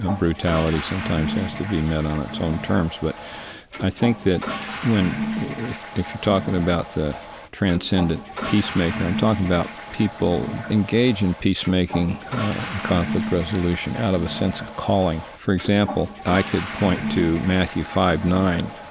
um brutality sometimes has to be met on its own terms. but i think that if if you're talking about the transcendent peacemaker, i'm talking about people engaged in peacemaking and conflict resolution out of a sense of calling. for example, i could point to matthew five nine,